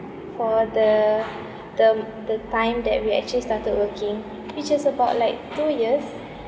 for the the m~ the time that we actually started working which is about like two years